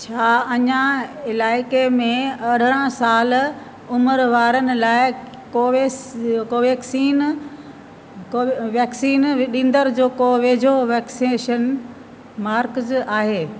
छा अञा इलाइके़ में अरिड़हं साल उमिरि वारनि लाइ कोवैस कोवैक्सीन वैक्सीन ॾींदड़ को वेझो वैक्सीनेशन मर्कज़ आहे